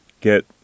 get